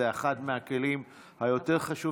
זה אחד הכלים היותר-חשובים.